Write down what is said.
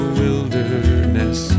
wilderness